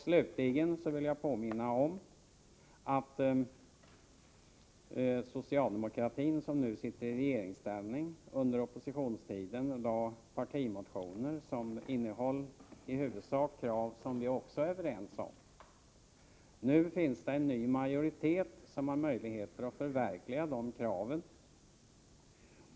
Slutligen vill jag påminna om att socialdemokratin, som nu sitter i regeringsställning, under oppositionstiden väckte partimotioner som innehöll i huvudsak krav som vi också ställer oss bakom. Nu finns det en ny majoritet som har möjligheter att förverkliga de kraven.